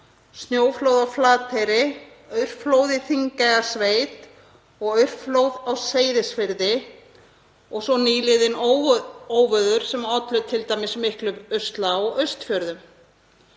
snjóflóð á Flateyri, aurflóð í Þingeyjarsveit og aurflóð á Seyðisfirði og svo nýliðin óveður sem ollu t.d. miklum usla á Austfjörðum.